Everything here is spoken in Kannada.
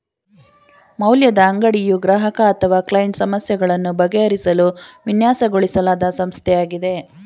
ಮೌಲ್ಯದ ಅಂಗಡಿಯು ಗ್ರಾಹಕ ಅಥವಾ ಕ್ಲೈಂಟ್ ಸಮಸ್ಯೆಗಳನ್ನು ಬಗೆಹರಿಸಲು ವಿನ್ಯಾಸಗೊಳಿಸಲಾದ ಸಂಸ್ಥೆಯಾಗಿದೆ